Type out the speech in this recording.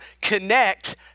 connect